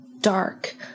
dark